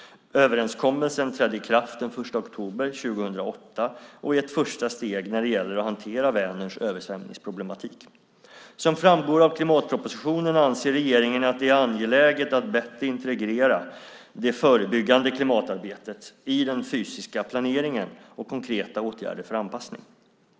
Överenskommelsen trädde i kraft den 1 oktober 2008 och är ett första steg när det gäller att hantera Vänerns översvämningsproblematik. Som framgår av klimatpropositionen anser regeringen att det är angeläget att bättre integrera det förebyggande klimatarbetet i den fysiska planeringen och konkreta åtgärder för anpassning.